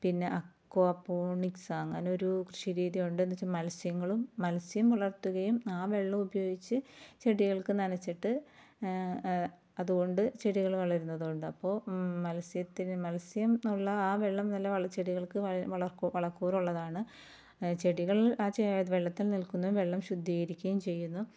പിന്നെ അക്കോപോണിക്സ അങ്ങനെയൊരു കൃഷിരീതി ഉണ്ടെന്ന് വച്ചാൽ മത്സ്യങ്ങളും മത്സ്യം വളർത്തുകയും ആ വെള്ളം ഉപയോഗിച്ച് ചെടികൾക്ക് നനച്ചിട്ട് അതുകൊണ്ട് ചെടികൾ വളരുന്നതുകൊണ്ട് അപ്പോൾ മത്സ്യത്തിന് മത്സ്യം എന്നുള്ള ആ വെള്ളം തന്നെ വള്ളിച്ചെടികൾക്ക് വളക്കൂറുള്ളതാണ് ചെടികൾ ആ വെള്ളത്തിൽ നിൽക്കുന്നു വെള്ളം ശുദ്ധീകരിക്കുകയും ചെയ്യുന്നു